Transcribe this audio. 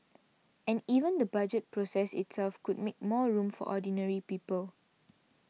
and even the Budget process itself could make more room for ordinary people